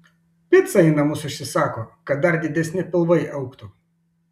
picą į namus užsisako kad dar didesni pilvai augtų